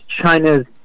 China's